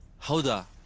ha